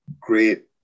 great